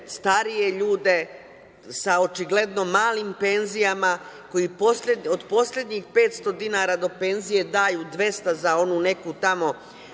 starije ljude sa očigledno malim penzijama koji od poslednjih 500 dinara do penzije daju 200 za onu neku tamo